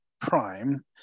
Prime